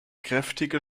kräftige